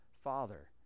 Father